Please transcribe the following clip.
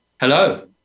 Hello